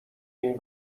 این